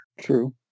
true